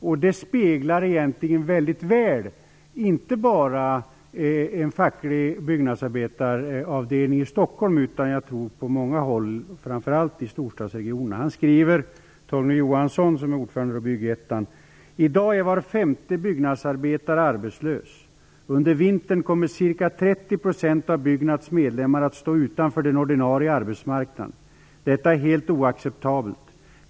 Brevet speglar egentligen väldigt väl inte bara en facklig byggnadsarbetaravdelning i Stockholm utan även andra fackliga byggnadsavdelningar framför allt i storstadsregionerna. Torgny Johansson, ordförande i "- I dag är var femte byggnadsarbetare arbetslös. Under vintern kommer cirka 30 procent av Byggnads medlemmar att stå utanför den ordinarie arbetsmarknaden. Detta är helt oacceptabelt.